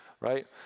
Right